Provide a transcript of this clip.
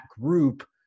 group